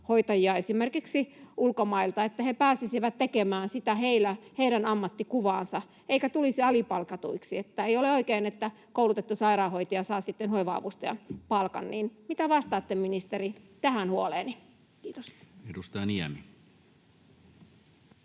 hoitajia esimerkiksi ulkomailta, niin he pääsisivät tekemään sitä heidän ammattikuvaansa eivätkä tulisi alipalkatuiksi. Ei ole oikein, että koulutettu sairaanhoitaja saa hoiva-avustajan palkan. Mitä vastaatte, ministeri, tähän huoleeni? — Kiitos. [Speech